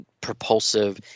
propulsive